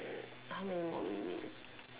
how many more minutes